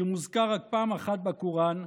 שמוזכר רק פעם אחת בקוראן,